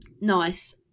Nice